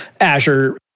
Azure